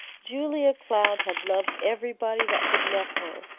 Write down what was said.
julia cloud had loved everybody that would let her,